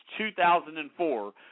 2004